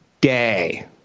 day